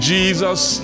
Jesus